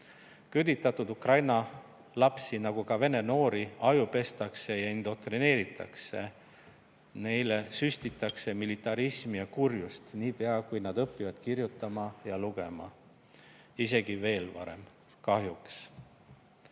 küüditatud lapsi – nagu ka Vene noori – ajupestakse ja indoktrineeritakse. Neile süstitakse militarismi ja kurjust niipea, kui nad õpivad kirjutama ja lugema, isegi veel varem, kahjuks. Eestis